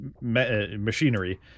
machinery